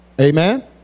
Amen